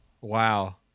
Wow